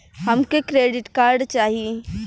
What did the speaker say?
हमके credit card चाही